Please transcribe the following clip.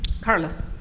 Carlos